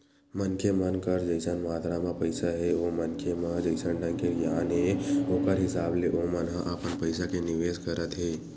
मनखे मन कर जइसन मातरा म पइसा हे ओ मनखे म जइसन ढंग के गियान हे ओखर हिसाब ले ओमन ह अपन पइसा के निवेस करत हे